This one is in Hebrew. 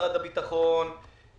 משרד הביטחון,